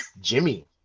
Jimmy